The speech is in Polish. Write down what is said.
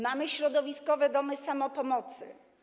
Mamy środowiskowe domy samopomocy.